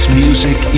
music